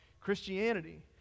Christianity